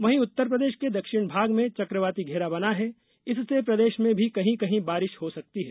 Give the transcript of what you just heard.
वहीं उत्तर प्रदेश के दक्षिण भाग में चक्रवती घेरा बना है इससे प्रदेश में भी कहीं कहीं बारिश हो सकती है